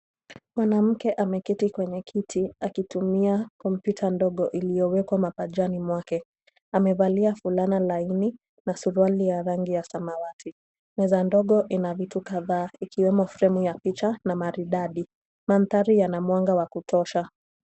Mwanamke ameketi kwenye kiti akitumia kompyuta ndogo iliyowekwa mapajani mwake, amevalia fulana laini na suruali ya rangi ya samawati, meza ndogo ina vitu kadhaa ikiwemo fremu ya picha na maridadi. Manthari yana mwanga wa kutosha.